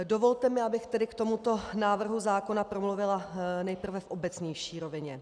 Dovolte mi, abych k tomuto návrhu zákona promluvila nejprve v obecnější rovině.